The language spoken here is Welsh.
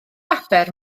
aber